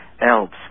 elves